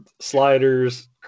sliders